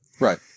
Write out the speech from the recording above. Right